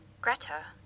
Greta